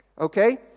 Okay